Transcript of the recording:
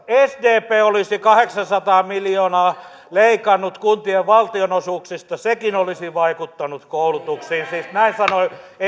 sdp olisi leikannut kahdeksansataa miljoonaa kuntien valtionosuuksista sekin olisi vaikuttanut koulutuksiin siis näin sanoi